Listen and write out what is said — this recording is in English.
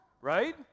right